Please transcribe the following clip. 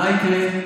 מה יקרה?